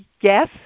yes